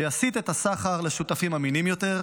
שיסיט את הסחר לשותפים אמינים יותר,